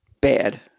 bad